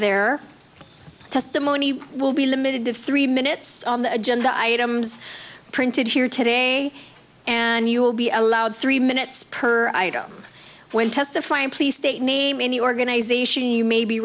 their testimony will be limited to three minutes on the agenda items printed here today and you will be allowed three minutes per item when testifying please state name any organization you may be